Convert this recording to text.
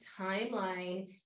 timeline